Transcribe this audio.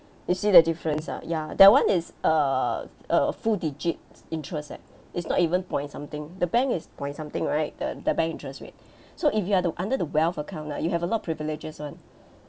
you see the difference ah ya that one is err a full digit's interest eh it's not even point something the bank is point something right the the bank interest rate so if you're the under the wealth account ah you have a lot privileges [one]